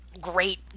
great